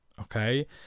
Okay